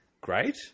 great